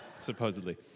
Supposedly